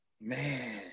man